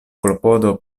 klopodo